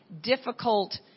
difficult